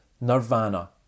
Nirvana